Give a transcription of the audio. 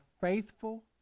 faithful